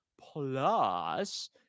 plus